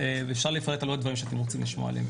אפשר לפרט על עוד דברים שאתם רוצים לשמוע עליהם.